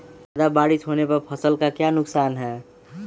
ज्यादा बारिस होने पर फसल का क्या नुकसान है?